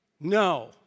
no